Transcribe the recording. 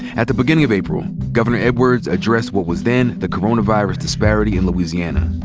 at the beginning of april, governor edwards addressed what was then the coronavirus disparity in louisiana.